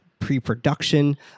pre-production